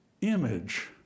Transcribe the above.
image